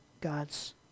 God's